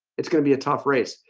it's gonna be a tough race.